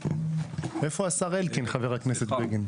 איפה השר אלקין, חה"כ בגין?